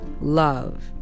Love